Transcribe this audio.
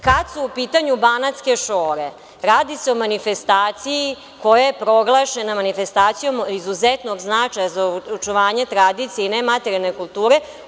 Kada su u pitanju „Banatske šore“, radi se o manifestaciji koja je proglašena manifestacijom od izuzetnog značaja za očuvanje tradicije i nematerijalne kulture.